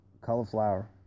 Cauliflower